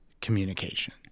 communication